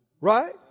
right